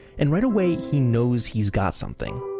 and right away he knows he's got something.